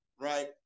right